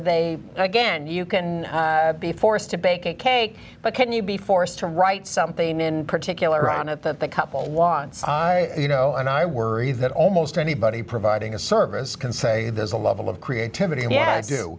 they again you can be forced to bake a cake but can you be forced to write something in particular on a couple wants you know and i worry that almost anybody providing a service can say there's a level of creativity and yeah